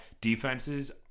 defenses